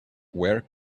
where